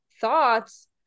thoughts